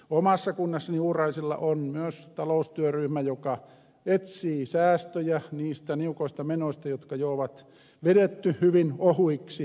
omassa kunnassani uuraisilla on myös taloustyöryhmä joka etsii säästöjä niistä niukoista menoista jotka jo on vedetty hyvin ohuiksi